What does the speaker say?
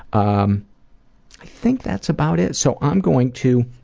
um i think that's about it. so i'm going to